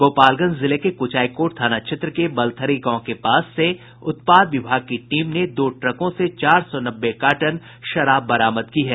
गोपालगंज जिले के कुचायकोट थाना क्षेत्र के बलथरी गांव के पास से उत्पाद विभाग की टीम ने दो ट्रकों से चार सौ नब्बे कार्टन विदेशी शराब बरामद की है